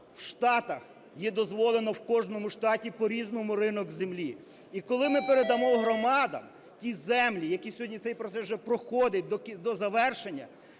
в Штатах, де дозволено в кожному штаті по-різному ринок землі. І коли ми передамо громадам ті землі, які сьог одні… цей процес вже проходить до завершення,